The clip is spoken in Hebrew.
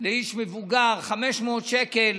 לאיש מבוגר, 500 שקל